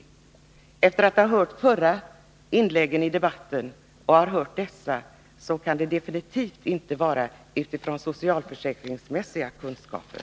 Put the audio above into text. Men efter att ha hört inläggen i den förra debatten och i denna måste jag säga att det definitivt inte kan vara mot bakgrund av socialförsäkringsmässiga kunskaper.